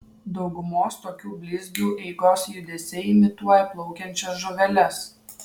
daugumos tokių blizgių eigos judesiai imituoja plaukiančias žuveles